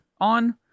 on